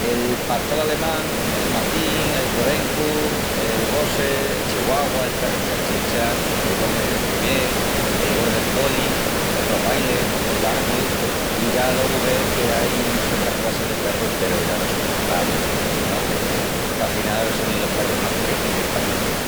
El pastol alemán, el mastín, el podencu, el boxer, el chihuahua, el perru salchicha, el golden retriever, el border collie, el rottweiler, el galgu i ya alogu veu que ain sotras crassis de perrus peru ya no só escapás de poné-li nombri, qu'afinal sonin los perrus más corrientis que ain paquí.